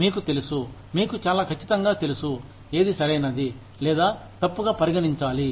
మీకు తెలుసు మీకు చాలా ఖచ్చితంగా తెలుసు ఏది సరైనది లేదా తప్పుగా పరిగణించాలి